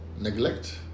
neglect